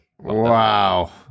Wow